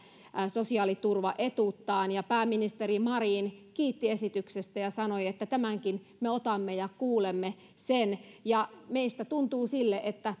sosiaaliturvaetuuttaan ja pääministeri marin kiitti esityksestä ja sanoi että tämänkin me otamme ja kuulemme sen meistä tuntuu siltä että